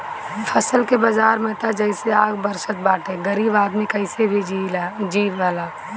फल के बाजार में त जइसे आग बरसत बाटे गरीब आदमी कइसे जी भला